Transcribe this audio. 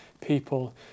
people